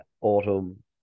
autumn